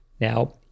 Now